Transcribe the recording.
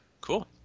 Cool